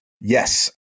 Yes